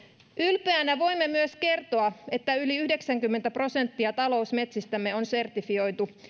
ylpeänä voimme myös kertoa että yli yhdeksänkymmentä prosenttia talousmetsistämme on sertifioitu